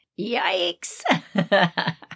Yikes